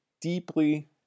deeply